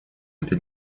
это